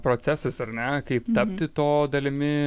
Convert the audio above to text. procesas ar ne kaip tapti to dalimi